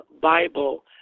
Bible